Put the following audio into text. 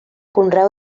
conreu